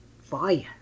Fire